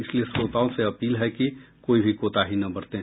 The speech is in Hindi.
इसलिए श्रोताओं से अपील है कि कोई भी कोताही न बरतें